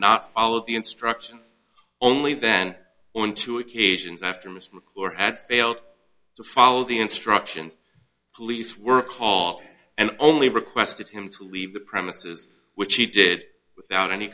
not followed the instructions only then on two occasions after miss mcclure had failed to follow the instructions police were called and only requested him to leave the premises which he did without any